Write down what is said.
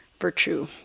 virtue